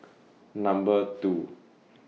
Number two